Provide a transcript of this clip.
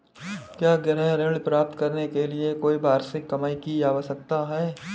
क्या गृह ऋण प्राप्त करने के लिए कोई वार्षिक कमाई की आवश्यकता है?